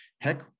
Heck